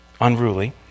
Unruly